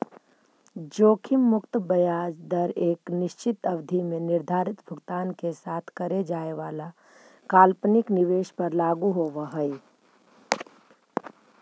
जोखिम मुक्त ब्याज दर एक निश्चित अवधि में निर्धारित भुगतान के साथ करे जाए वाला काल्पनिक निवेश पर लागू होवऽ हई